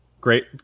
Great